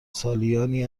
سالیانی